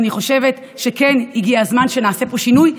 ואני חושבת שכן הגיע הזמן שנעשה פה שינוי,